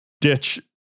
ditch